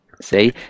See